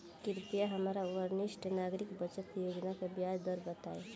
कृपया हमरा वरिष्ठ नागरिक बचत योजना के ब्याज दर बताइं